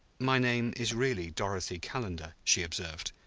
my name is really dorothy calendar, she observed.